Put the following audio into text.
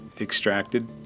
extracted